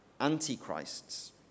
antichrists